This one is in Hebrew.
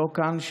שלא כאן,